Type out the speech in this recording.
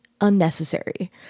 unnecessary